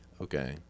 Okay